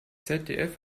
zdf